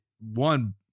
one